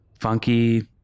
funky